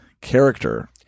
character